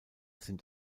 sind